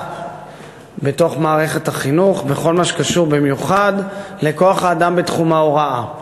בתוך מערכת החינוך בכל מה שקשור במיוחד לכוח-האדם בתחום ההוראה.